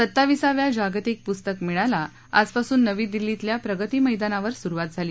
सत्ताविसाव्या जागतिक पुस्तक मेळ्याला आजपासून नवी दिल्ली बिल्या प्रगती मैदानावर सुरुवात झाली